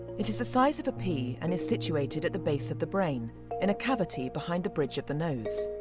it is the size of a pea and is situated at the base of the brain in a cavity behind the bridge of the nose.